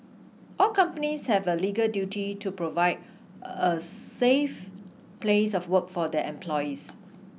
all companies have a legal duty to provide a safe place of work for their employees